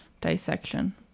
dissection